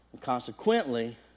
Consequently